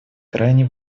крайне